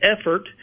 effort